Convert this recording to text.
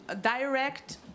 direct